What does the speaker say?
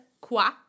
qua